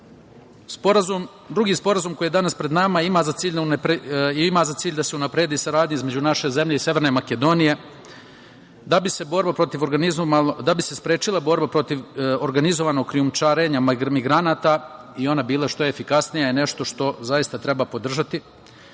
planu. Drugi sporazum koji je danas pred nama ima za cilj da se unapredi saradnja između naše zemlje i Severne Makedonije da bi se sprečila borba protiv organizovanog krijumčarenja migranata i ona bila što efikasnija je nešto što zaista treba podržati.